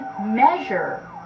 measure